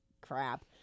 crap